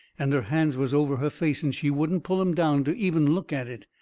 and her hands was over her face, and she wouldn't pull em down to even look at it.